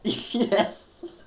yes